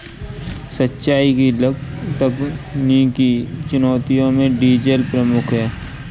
सिंचाई की तकनीकी चुनौतियों में डीजल प्रमुख है